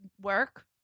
work